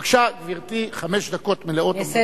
בבקשה, גברתי, חמש דקות מלאות עומדות לרשותך.